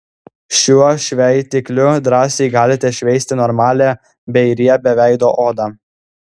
šiuo šveitikliu drąsiai galite šveisti normalią bei riebią veido odą